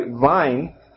Vine